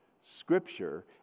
scripture